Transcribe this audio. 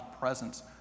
presence